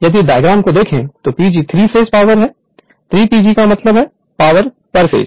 यदि डायग्राम को देखो तोPG 3 फेस पावर है 3 PG का मतलब है पावर पेज